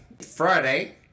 Friday